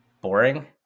boring